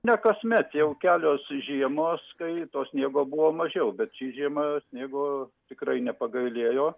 ne kasmet jau kelios žiemos kai to sniego buvo mažiau bet ši žiema sniego tikrai nepagailėjo